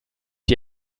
die